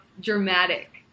dramatic